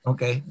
Okay